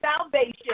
salvation